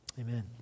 Amen